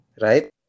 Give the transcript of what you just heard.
right